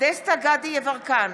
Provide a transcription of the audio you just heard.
דסטה גדי יברקן,